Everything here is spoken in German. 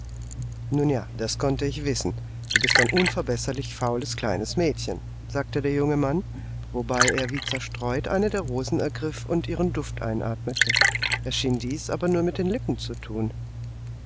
nun ja das konnte ich wissen du bist ein unverbesserlich faules kleines mädchen sagte der junge mann wobei er wie zerstreut eine der rosen ergriff und ihren duft einatmete er schien dies aber nur mit den lippen zu thun